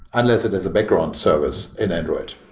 unless it is a background service in android.